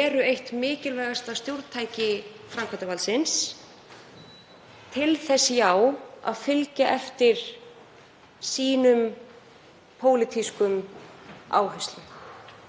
eru eitt mikilvægasta stjórntæki framkvæmdarvaldsins til þess að fylgja eftir pólitískum áherslum